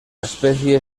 especie